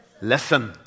listen